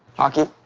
hockey.